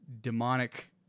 demonic